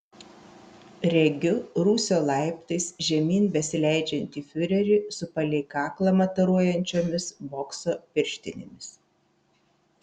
regiu rūsio laiptais žemyn besileidžiantį fiurerį su palei kaklą mataruojančiomis bokso pirštinėmis